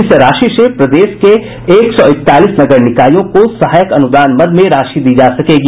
इस राशि से प्रदेश के एक सौ इकतालीस नगर निकायों को सहायक अनुदान मद में राशि दी जा सकेगी